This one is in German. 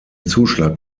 zuschlag